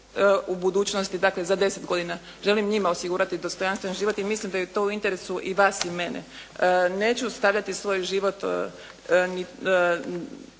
u budućnosti, dakle za 10 godina. Želim njima osigurati dostojanstven život i mislim da je to u interesu i vas i mene. Neću stavljati svoj život